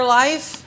life